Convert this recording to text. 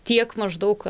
tiek maždaug